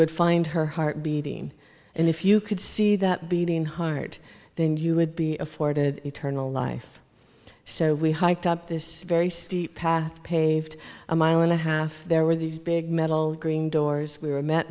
would find her heart beating and if you could see that beating heart then you would be afforded eternal life so we hiked up this very steep path paved a mile and a half there were these big metal doors we were me